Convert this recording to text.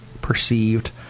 perceived